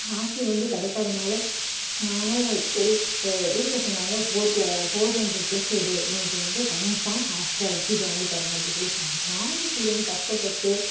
hostel வந்து கிடைக்காதனால நானும் சரி வீட்டில் சொன்னாங்க ஃபோர்ப்ள ஃபோர் ஹண்ட்ரட் ப்ளஸ் எடு உனக்கு வந்து கன்ஃபார்ம் ஹாஸ்டல் சீட்டு வாங்கித் தரேன் அப்படின்னு சொல்லி சொன்னாங்க நானும் சரின்னு கஷ்டப்பட்டு